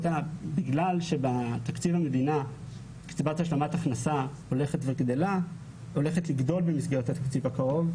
בגלל שבתקציב המדינה קצבת השלמת הכנסה הולכת לגדול במסגרת התקציב הקרוב,